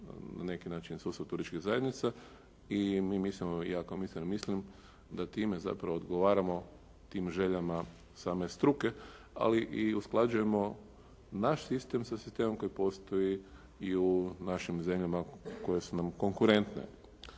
na neki način sustav turističkih zajednica i mi mislimo iako …/Govornik se ne razumije./… mislim da time zapravo odgovaramo tim željama same struke ali i usklađujemo naš sistem sa sistemom koji postoji i u našim zemljama koje su nam konkurentne.